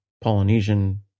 Polynesian